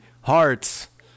hearts